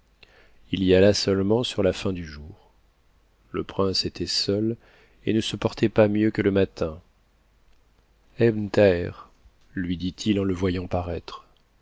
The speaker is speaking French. il y alla seulement sur la fin du jour le prince était seul et ne se portait pas mieux que le matin ebn thaher lui dit-il en le voyant parattre